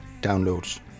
Downloads